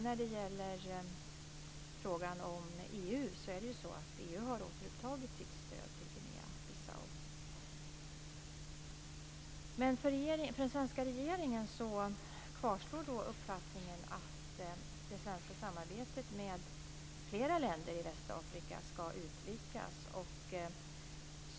När det gäller frågan om EU är det så att EU har återupptagit sitt stöd till Guinea-Bissau. Hos den svenska regeringen kvarstår uppfattningen att det svenska samarbetet med flera länder i Västafrika ska utvidgas.